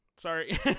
Sorry